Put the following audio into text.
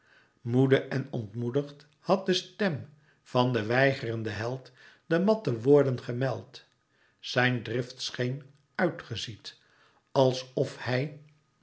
moede en ontmoedigd had de stem van den weigerenden held de matte woorden gemeld zijn drift scheen uit gezied als of hij